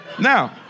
Now